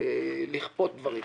לכפות דברים.